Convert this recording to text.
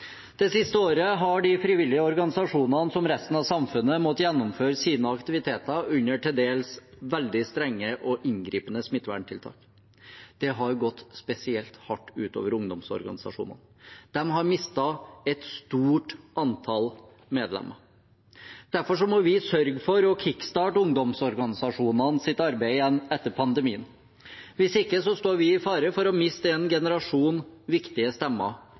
Det siste året har de frivillige organisasjonene, som resten av samfunnet, måttet gjennomføre sine aktiviteter under til dels veldig strenge og inngripende smitteverntiltak. Det har gått spesielt hardt ut over ungdomsorganisasjonene. De har mistet et stort antall medlemmer. Derfor må vi sørge for å kickstarte ungdomsorganisjonenes arbeid igjen etter pandemien. Hvis ikke står vi i fare for å miste en generasjon viktige stemmer